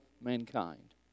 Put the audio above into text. mankind